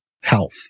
health